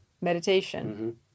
Meditation